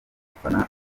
gufana